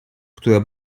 która